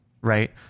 right